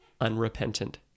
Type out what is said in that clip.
unrepentant